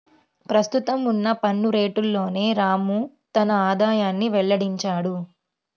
ప్రస్తుతం ఉన్న పన్ను రేట్లలోనే రాము తన ఆదాయాన్ని వెల్లడించాడు